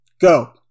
Go